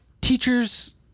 teachers